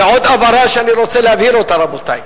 ועוד הבהרה שאני רוצה להבהיר, רבותי,